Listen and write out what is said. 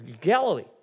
Galilee